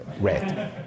red